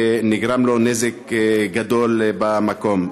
ונגרם לו נזק גדול במקום.